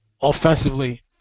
offensively